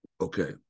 Okay